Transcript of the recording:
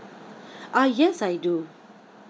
ah yes I do